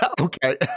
Okay